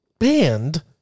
Banned